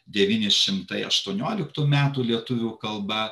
devyni šimtai aštuonioliktų metų lietuvių kalba